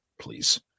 Please